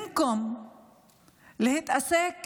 במקום להתעסק